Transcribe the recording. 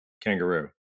Kangaroo